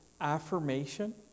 affirmation